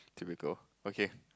typical okay